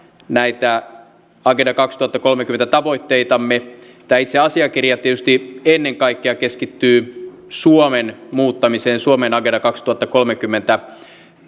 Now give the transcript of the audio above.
näitä agenda kaksituhattakolmekymmentä tavoitteitamme tämä itse asiakirja tietysti ennen kaikkea keskittyy suomen muuttamiseen suomen agenda kaksituhattakolmekymmentä